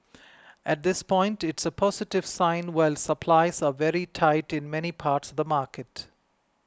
at this point it's a positive sign while supplies are very tight in many parts the market